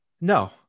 No